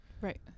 Right